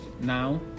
now